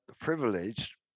privileged